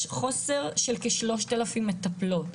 יש חוסר של כ- 3,000 מטפלות.